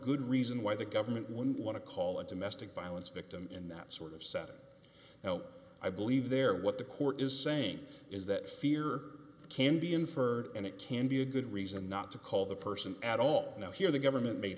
good reason why the government wouldn't want to call a domestic violence victim in that sort of setting i believe there what the court is saying is that fear can be inferred and it can be a good reason not to call the person at all you know here the government ma